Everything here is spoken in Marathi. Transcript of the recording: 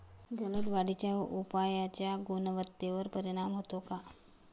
जलद वाढीच्या उपायाचा गुणवत्तेवर परिणाम होतो का?